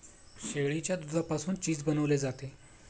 शेळीच्या दुधापासून चीज बनवले जाते